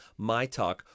MYTALK